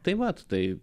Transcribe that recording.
tai mat tai